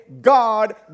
God